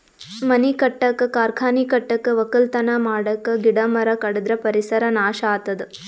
ಮನಿ ಕಟ್ಟಕ್ಕ್ ಕಾರ್ಖಾನಿ ಕಟ್ಟಕ್ಕ್ ವಕ್ಕಲತನ್ ಮಾಡಕ್ಕ್ ಗಿಡ ಮರ ಕಡದ್ರ್ ಪರಿಸರ್ ನಾಶ್ ಆತದ್